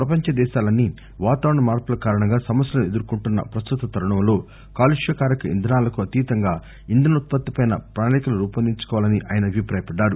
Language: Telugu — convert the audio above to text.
ప్రపంచ దేశాలన్నీ వాతావరణ మార్పుల కారణంగా సమస్యలను ఎదుర్కోంటున్న ప్రస్తుత తరుణంలో కాలుష్యకారక ఇంధనాలకు అతీతంగా ఇంధన ఉత్పత్తిపై ప్రణాళికలు రూపొందించుకోవాలని ఆయన అభిపాయపడ్డారు